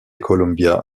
columbia